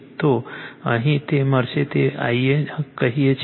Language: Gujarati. તો અહીં જે મળશે તેને Ia કહીએ છીએ